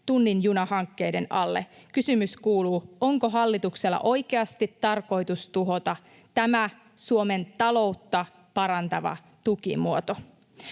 tunnin juna ‑hankkeiden alle. Kysymys kuuluu: onko hallituksella oikeasti tarkoitus tuhota tämä Suomen taloutta parantava tukimuoto?